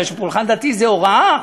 מפני שפולחן דתי זה הוראה.